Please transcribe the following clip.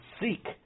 seek